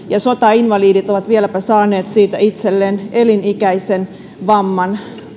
ja sotainvalidit ovat vieläpä saaneet siitä itselleen elinikäisen vamman